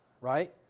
right